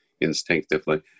instinctively